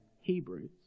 Hebrews